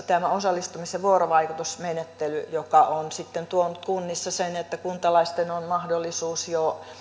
tämä osallistumis ja vuorovaikutusmenettely joka on sitten tuonut kunnissa sen että kuntalaisilla on mahdollisuus jo